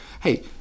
hey